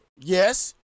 Yes